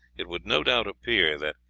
it would no doubt appear that,